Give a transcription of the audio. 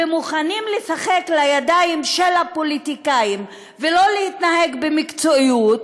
ומוכנים לשחק לידיים של הפוליטיקאים ולא להתנהג במקצועיות.